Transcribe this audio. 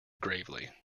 gravely